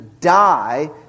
die